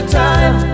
time